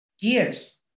years